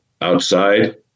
outside